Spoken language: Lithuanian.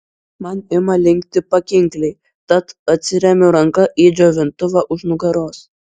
man ima linkti pakinkliai tad atsiremiu ranka į džiovintuvą už nugaros